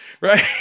right